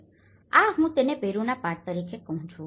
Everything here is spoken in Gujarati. તેથી આ હું તેને પેરુના પાઠ તરીકે કહું છું